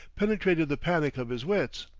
penetrated the panic of his wits.